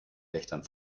wächtern